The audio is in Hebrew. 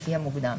לפי המוקדם.